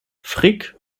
frick